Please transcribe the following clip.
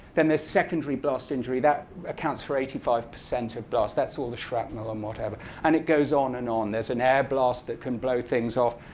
then the secondary blast injury, that accounts for eighty five percent of blasts. that's all the shrapnel or whatever. and it goes on and on. there's an air blast that can blow things off.